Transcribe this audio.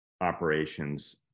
operations